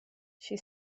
she